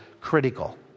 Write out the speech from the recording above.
Critical